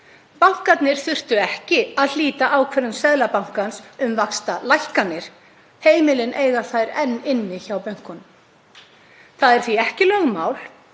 Bankarnir þurftu ekki að hlíta ákvörðun Seðlabankans um vaxtalækkanir. Heimilin eiga þær enn inni hjá bönkunum. Það er því ekki lögmál